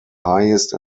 highest